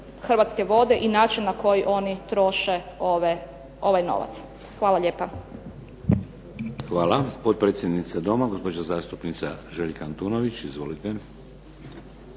Hrvatske vode i način na koji oni troše ovaj novac. Hvala lijepa. **Šeks, Vladimir (HDZ)** Hvala. Potpredsjednica Doma, gospođa zastupnica Željka Antunović. Izvolite.